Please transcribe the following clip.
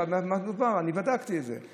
אז אני אגיד לך במה מדובר, אני בדקתי את זה.